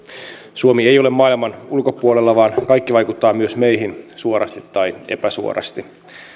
suomi ei ole maailman ulkopuolella vaan kaikki vaikuttaa myös meihin suorasti tai epäsuorasti